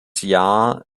jahr